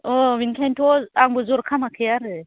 अ बिनिखायनोथ' आंबो जर खामाखै आरो